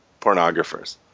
pornographers